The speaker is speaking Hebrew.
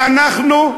שאנחנו,